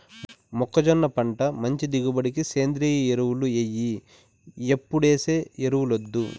మొక్కజొన్న పంట మంచి దిగుబడికి సేంద్రియ ఎరువులు ఎయ్యి ఎప్పుడేసే ఎరువులొద్దు